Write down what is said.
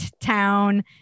town